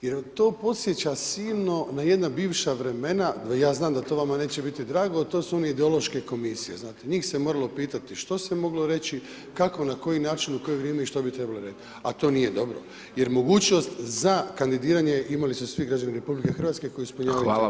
Jer to podsjeća silno jedna bivša vremena, ja znam da to vama neće biti drago, a to su one ideološke komisije znate, njih se moralo pitati što se moglo reći, kako na koji način u koje vrijeme i što bi trebalo reći a to nije dobro, jer mogućnost za kandidiranje imali su svi građani RH koji su ispunjavaju [[Upadica: Hvala vam.]] te uvjete.